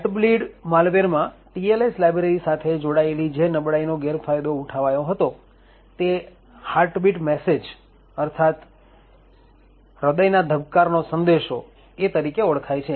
heart bleed માલવેરમાં TLS library સાથે જોડાયેલી જે નબળાઈનો ગેરફાયદો ઉઠાવાયો હતો તે "હાર્ટ બીટ મેસેજ" અર્થાત હૃદયના ધબકારનો સંદેશો તરીકે ઓળખાય છે